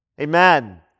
Amen